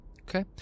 Okay